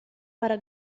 para